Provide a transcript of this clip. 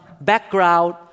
background